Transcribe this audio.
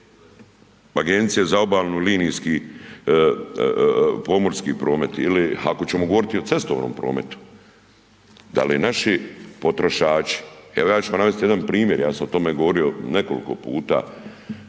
Agencija za obalni linijski pomorski promet ili ako ćemo govoriti o cestovnom prometu, da li naši potrošači, evo ja ću vam navesti jedan primjer, ja sam o tome govorio nekoliko puta,